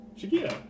Shakira